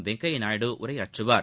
வெங்கையநாயுடு உரையாற்றுவார்